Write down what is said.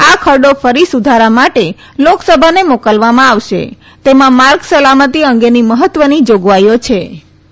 આ ખરડો ફરી સુધારા માટે લોકસભાને મોકલવામાં આવશે તેમાં માર્ગ સલામતિ અંગેની મહત્વની જાગવાઈઓ હિં